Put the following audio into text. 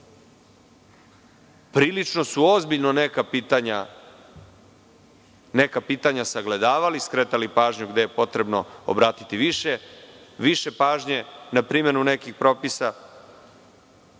su ozbiljno neka pitanja sagledavali, skretali pažnju gde je potrebno obratiti više pažnje, mislim na neke propise,